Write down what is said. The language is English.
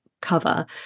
cover